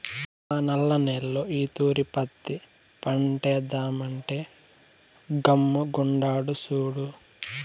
మా నల్ల నేల్లో ఈ తూరి పత్తి పంటేద్దామంటే గమ్ముగుండాడు సూడు